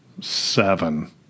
seven